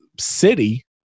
city